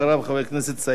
חבר הכנסת סעיד נפאע.